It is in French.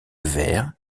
vers